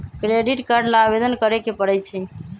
credit card ला आवेदन करे के परई छई